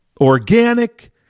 organic